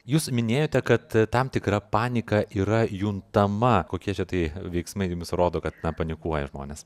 jūs minėjote kad tam tikra panika yra juntama kokie čia tai veiksmai jums rodo kad na panikuoja žmonės